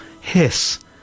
hiss